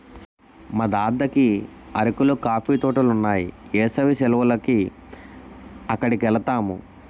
మా దద్దకి అరకులో కాఫీ తోటలున్నాయి ఏసవి సెలవులకి అక్కడికెలతాము